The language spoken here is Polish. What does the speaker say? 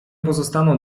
pozostaną